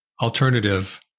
alternative